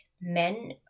men